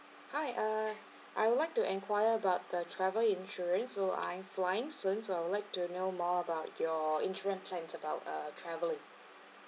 hi uh I would like to enquire about the travel insurance so I'm flying soon so I would like to know more about your insurance plans about uh travel